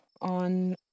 on